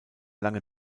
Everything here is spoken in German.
lange